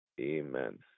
Amen